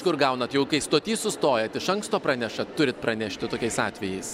kur gaunat jau kai stoty sustojat iš anksto pranešat turit pranešti tokiais atvejais